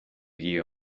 dio